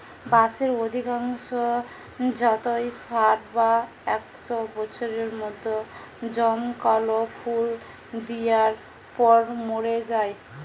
বাঁশের অধিকাংশ জাতই ষাট বা একশ বছরের মধ্যে জমকালো ফুল দিয়ার পর মোরে যায়